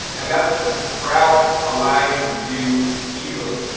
and that's what the sprouts allow you to do easily.